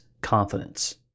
confidence